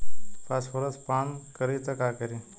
Phosphorus पान करी त का करी?